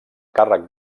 càrrec